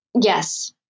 Yes